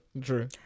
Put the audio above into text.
true